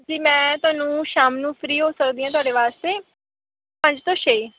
ਜੀ ਮੈਂ ਤੁਹਾਨੂੰ ਸ਼ਾਮ ਨੂੰ ਫਰੀ ਹੋ ਸਕਦੀ ਹਾਂ ਤੁਹਾਡੇ ਵਾਸਤੇ ਪੰਜ ਤੋਂ ਛੇ